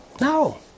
No